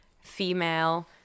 female